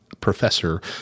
professor